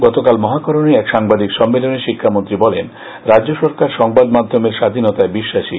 গতকাল মহাকরণে এক সাংবাদিক সম্মেলনে শিক্ষামন্ত্রী বলেন রাজ্য সরকার সংবাদ মাধ্যমের স্বাধীনতায় বিশ্বাসী